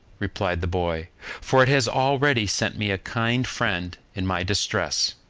replied the boy for it has already sent me a kind friend in my distress.